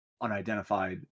unidentified